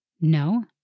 No